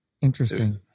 Interesting